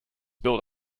built